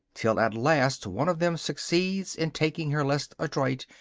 till at last one of them succeeds in taking her less adroit,